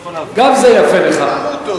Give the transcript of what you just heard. גם הוא טוב.